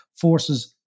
forces